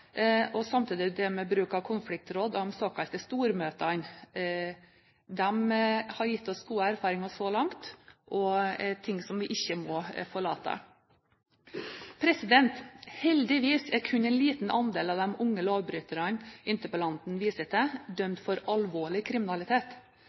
og samtidig bruk av konfliktråd og de såkalte stormøtene. De har gitt oss gode erfaringer så langt og er ting som vi ikke må forlate. Heldigvis er kun en liten andel av de unge lovbryterne som interpellanten viser til,